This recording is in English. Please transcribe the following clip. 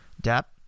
depth